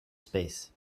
space